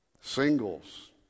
singles